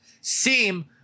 seem